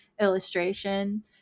illustration